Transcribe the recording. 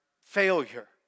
failure